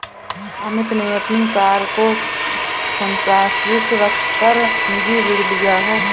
अमित ने अपनी कार को संपार्श्विक रख कर निजी ऋण लिया है